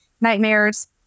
nightmares